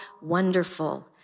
Wonderful